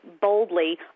boldly